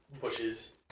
bushes